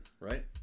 right